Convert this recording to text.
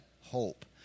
hope